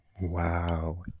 Wow